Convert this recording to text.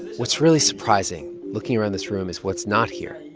what's really surprising looking around this room is what's not here.